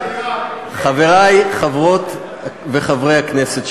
חברי חברי וחברות הכנסת,